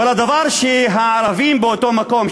אבל הדבר שהערבים באותו מקום,